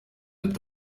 ati